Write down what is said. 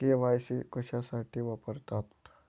KYC कशासाठी वापरतात?